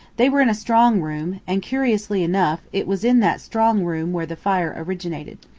they were in a strong-room and curiously enough, it was in that strong room where the fire originated.